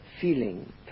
feeling